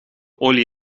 olie